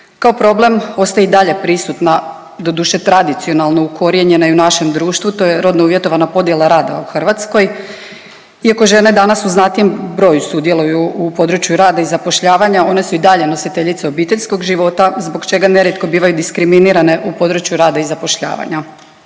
Kao problem ostaje i dalje prisutna doduše tradicionalno ukorijenjena i u našem društvu to je rodno uvjetovana podjela rada u Hrvatskoj. Iako žene danas u znatnijem broju sudjeluju u području rada i zapošljavanja one su i dalje nositeljice obiteljskog života zbog čega nerijetko bivaju diskriminirane u području rada i zapošljavanja.